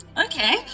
Okay